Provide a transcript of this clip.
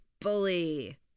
Bully